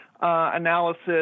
analysis